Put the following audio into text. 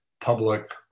public